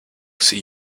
see